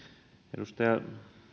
edustaja